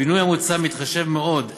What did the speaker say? הבינוי המוצע מתחשב מאוד,